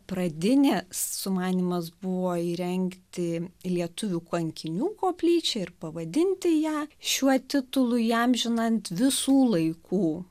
pradinis sumanymas buvo įrengti lietuvių kankinių koplyčią ir pavadinti ją šiuo titulu įamžinant visų laikų